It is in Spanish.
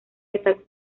destacó